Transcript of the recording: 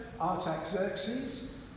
Artaxerxes